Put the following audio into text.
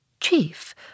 Chief